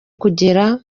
kugera